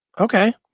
Okay